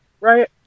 right